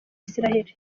israel